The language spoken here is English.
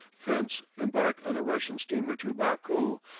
thence embark on a russian steamer to baku,